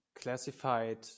classified